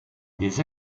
des